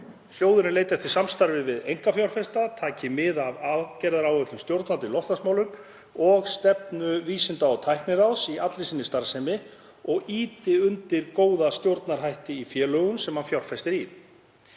Sjóðurinn leiti eftir samstarfi við einkafjárfesta, taki mið af aðgerðaáætlun stjórnvalda í loftslagsmálum og stefnu Vísinda- og tækniráðs í allri sinni starfsemi og ýti undir góða stjórnarhætti í félögum sem hann fjárfestir í.